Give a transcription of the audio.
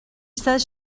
says